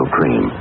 cream